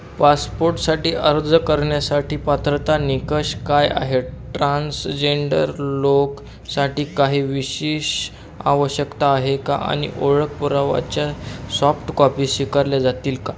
पासपोर्टसाठी अर्ज करण्यासाठी पात्रता निकष काय आहेत ट्रान्सजेंडर लोकांसाठी काही विशेष आवश्यकता आहे का आणि ओळख पुराव्याच्या सॉफ्टकॉपी स्वीकारल्या जातील का